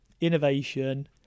Innovation